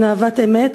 בין אהבת אמת,